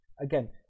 Again